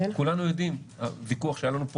כולנו יודעים שהוויכוח שהיה לנו פה